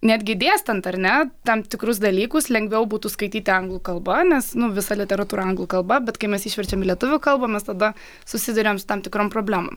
netgi dėstant ar ne tam tikrus dalykus lengviau būtų skaityti anglų kalba nes visa literatūra anglų kalba bet kai mes išverčiam į lietuvių kalbą mes tada susiduriam su tam tikrom problemom